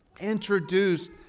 introduced